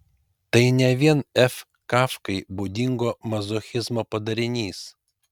tai ne vien f kafkai būdingo mazochizmo padarinys